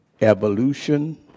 evolution